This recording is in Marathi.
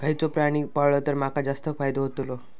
खयचो प्राणी पाळलो तर माका जास्त फायदो होतोलो?